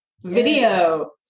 Video